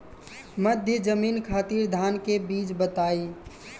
मध्य जमीन खातिर धान के बीज बताई?